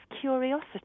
curiosity